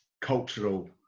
cultural